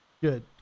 Good